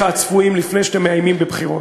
הצפויים לפני שאתם מאיימים בבחירות.